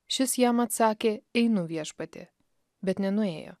šis jam atsakė einu viešpatie bet nenuėjo